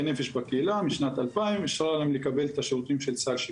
נפש בקהילה משנת 2000 אישרה להם לקבל את השירותים של סל שיקום.